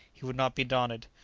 he would not be daunted,